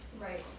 Right